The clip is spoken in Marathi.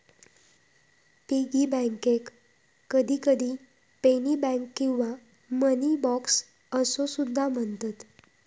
पिगी बँकेक कधीकधी पेनी बँक किंवा मनी बॉक्स असो सुद्धा म्हणतत